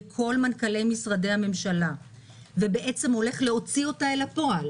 כל מנכ"לי משרדי הממשלה והולך להוציא אותה אל הפועל.